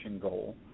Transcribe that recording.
goal